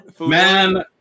Man